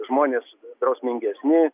žmonės drausmingesni